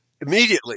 immediately